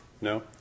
No